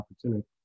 opportunity